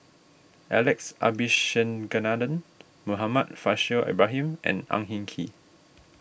Alex Abisheganaden Muhammad Faishal Ibrahim and Ang Hin Kee